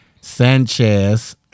Sanchez